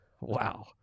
Wow